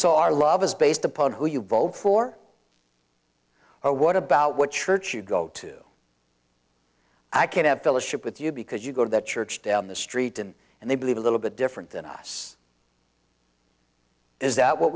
so our love is based upon who you vote for or what about what church you go to i can have fellowship with you because you go to that church down the street and and they believe a little bit different than us is that what